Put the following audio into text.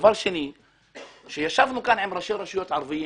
כאשר ישבנו כאן עם ראשי רשויות ערביים